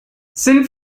sind